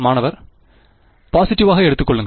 மாணவர் பாசிட்டிவாக எடுத்துக் கொள்ளுங்கள்